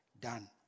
done